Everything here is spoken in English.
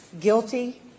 guilty